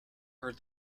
heard